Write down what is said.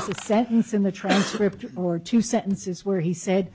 sentence in the transcript or two sentences where he said